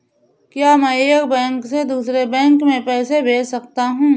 क्या मैं एक बैंक से दूसरे बैंक में पैसे भेज सकता हूँ?